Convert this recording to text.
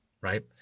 right